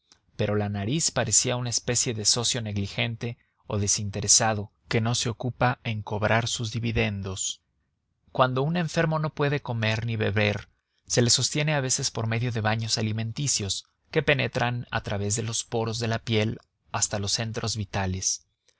pero la nariz parecía una especie de socio negligente o desinteresado que no se ocupa en cobrar sus dividendos cuando un enfermo no puede comer ni beber se le sostiene a veces por medio de baños alimenticios que penetran a través de los poros de la piel hasta los centros vitales